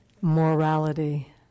morality